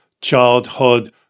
childhood